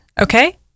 Okay